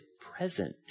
present